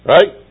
Right